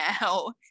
now